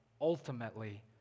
ultimately